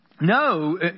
No